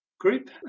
Group